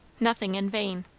nothing in vain.